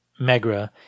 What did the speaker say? Megra